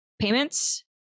payments